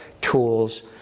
tools